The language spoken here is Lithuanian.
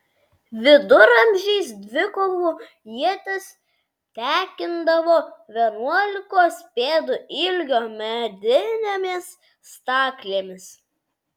viduramžiais dvikovų ietis tekindavo vienuolikos pėdų ilgio medinėmis staklėmis